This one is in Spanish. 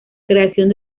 creación